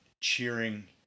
cheering